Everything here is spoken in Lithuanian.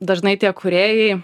dažnai tie kūrėjai